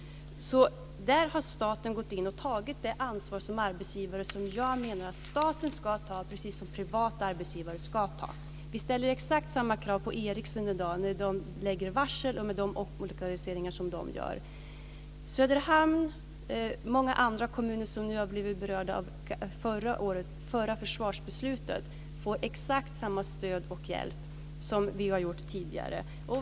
Där har staten gått in och tagit det ansvar som arbetsgivare som jag menar att staten ska ta och som privata arbetsgivare ska ta. Vi ställer exakt samma krav på Ericsson i dag när man lägger varsel med de omlokaliseringar som man gör. Söderhamn och många andra kommuner som har blivit berörda av det förra försvarsbeslutet får exakt samma stöd och hjälp som vi har givit tidigare.